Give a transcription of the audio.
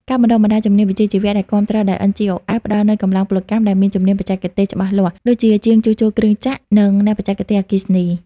ការបណ្ដុះបណ្ដាលជំនាញវិជ្ជាជីវៈ ដែលគាំទ្រដោយ NGOs ផ្ដល់នូវកម្លាំងពលកម្មដែលមានជំនាញបច្ចេកទេសច្បាស់លាស់ ដូចជាជាងជួសជុលគ្រឿងចក្រ និងអ្នកបច្ចេកទេសអគ្គិសនី។